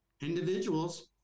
Individuals